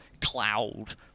cloud